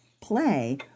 play